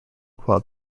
while